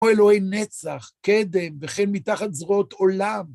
או אלוהי נצח, קדם, וכן מתחת זרועות עולם.